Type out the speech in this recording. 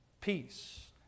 peace